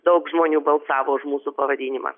daug žmonių balsavo už mūsų pavadinimą